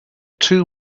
two